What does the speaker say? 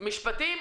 משפטים,